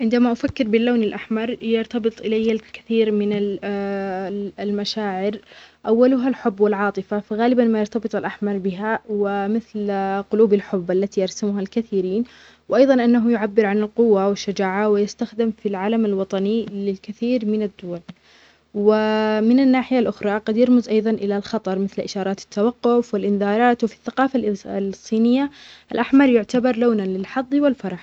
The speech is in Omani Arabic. اللون الأحمر بالنسبة لي يربطني بالقوة والحماس. يخطر في بالي أيام الاحتفالات أو اللحظات اللي يكون فيها الشخص مليان طاقة. بعد يذكرني بالحب والعاطفة، مثل يوم عيد الحب. وأيضا بالتحذيرات، مثل إشارات المرور أو التنبيهات اللي تحذر من الخطر.